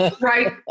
Right